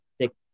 six